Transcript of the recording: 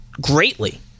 greatly